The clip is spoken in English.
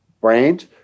brand